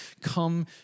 come